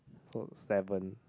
so seven